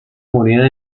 moneda